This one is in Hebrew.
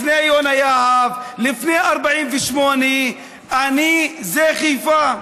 לפני יונה יהב, לפני 48'. אני זה חיפה.